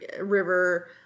river